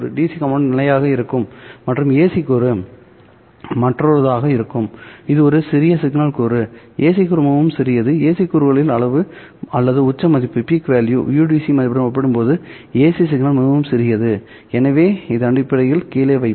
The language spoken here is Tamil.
சி கூறு நிலையானதாக இருக்கும் மற்றும் ஏசி கூறு மற்றொருதாக இருக்கும் இது ஒரு சிறிய சிக்னல் கூறு ஏசி கூறு மிகவும் சிறியது ஏசி கூறுகளின் அளவு அல்லது உச்ச மதிப்பு udc மதிப்புடன் ஒப்பிடும்போது ac சிக்னல் மிகவும் சிறியது எனவே இதன் அடிப்படையில் கீழே வைப்போம்